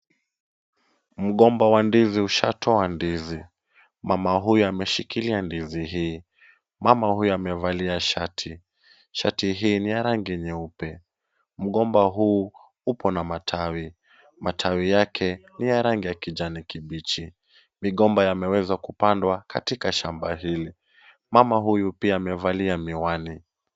Mgomba wa ndizi ushatoa ndizi. Mama huyu ameshikilia ndizi hii. Mama huyu amevalia shati. Shati hii ni ya rangi nyeupe. Mgomba huu upo na matawi. Matawi yake ni ya rangi ya kijani kibichi. Migomba yameweza kupandwa katika shamba hili. Mama huyu pia amevalia miwani.